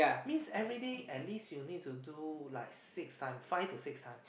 means every day at least you need to do like six time five to six times